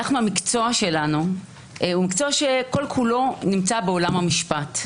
המקצוע שלנו הוא מקצוע שכל כולו נמצא בעולם המשפט,